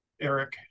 Eric